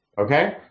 okay